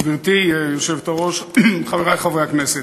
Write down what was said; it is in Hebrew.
גברתי היושבת-ראש, חברי חברי הכנסת,